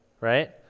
right